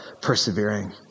persevering